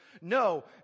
no